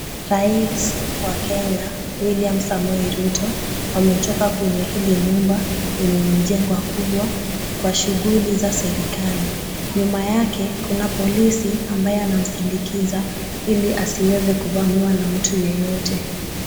Rais wa Kenya ,William Samoei Ruto wametoka kwenye hili nyumba yenye imejengwa kubwa kwa shughuli za serikali . Nyuma yake kuna polisi ambaye anamsindikiza ili asiweze kivamiwa na mtu yeyote.